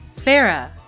Farah